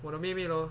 我的妹妹 lor